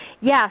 Yes